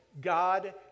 God